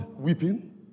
Weeping